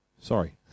Sorry